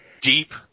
deep